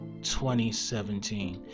2017